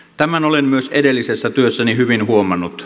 tämän olen myös edellisessä työssäni hyvin huomannut